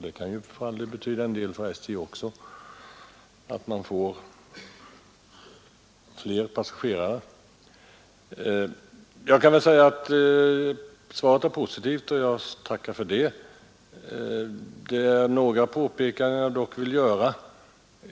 Det kan för all del betyda en del för SJ också att man skulle kunna få fler passagerare. Svaret är positivt, och jag tackar för det. Några påpekanden vill jag dock göra.